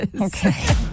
Okay